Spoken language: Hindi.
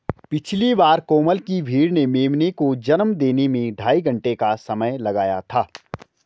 पिछली बार कोमल की भेड़ ने मेमने को जन्म देने में ढाई घंटे का समय लगाया था